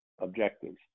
objectives